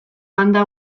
banda